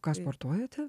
ką sportuojate